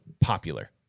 popular